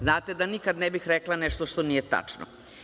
Znate da nikada ne bih rekla nešto što nije tačno.